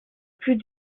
plus